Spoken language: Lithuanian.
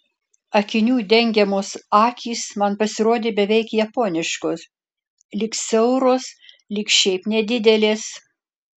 akinių dengiamos akys man pasirodė beveik japoniškos lyg siauros lyg šiaip nedidelės